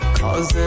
cause